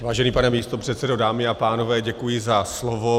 Vážený pane místopředsedo, dámy a pánové, děkuji za slovo.